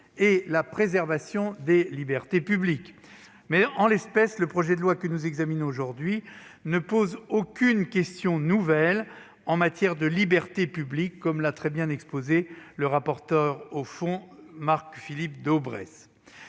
et la préservation des libertés publiques, mais, en l'espèce, le projet de loi que nous examinons ce jour ne pose aucune question nouvelle en matière de libertés publiques, comme l'a très bien exposé le rapporteur au fond, Marc-Philippe Daubresse.